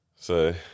So-